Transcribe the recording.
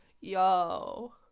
yo